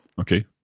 Okay